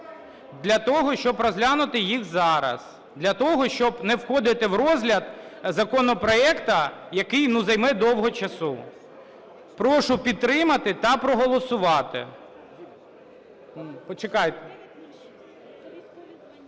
Для того, щоб розглянути їх зараз, для того, щоб не входити в розгляд законопроекту, який, ну, займе довго часу. Прошу підтримати та проголосувати.